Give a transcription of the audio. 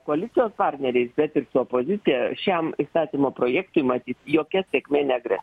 koalicijos partneriais bet ir su opozicija šiam įstatymo projektui matyt jokia sėkmė negresia